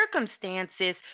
circumstances